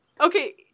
Okay